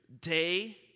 day